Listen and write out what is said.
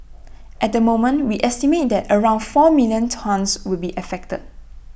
at the moment we estimate that around four million tonnes would be affected